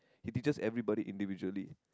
he teaches everybody individually